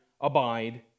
abide